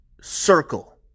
circle